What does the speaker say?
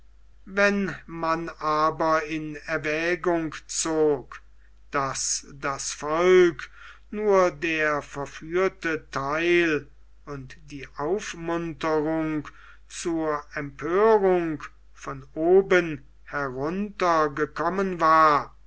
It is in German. wenn man aber in erwägung zog daß das volk nur der verführte theil und die aufmunterung zur empörung von oben herunter gekommen war